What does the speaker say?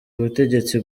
butegetsi